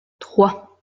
trois